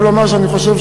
אני חייב לומר שאני חושב